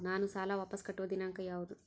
ನಾನು ಸಾಲ ವಾಪಸ್ ಕಟ್ಟುವ ದಿನಾಂಕ ಯಾವುದು?